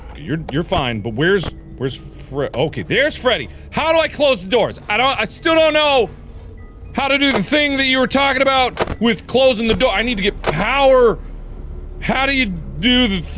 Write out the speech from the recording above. you're you're fine but where's where's fre ah okay there's freddy! how do i close the doors? i don't i still don't know how to do the thing that you were talking about with closing the door i need to get power how do ya do the